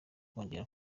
kongera